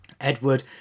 Edward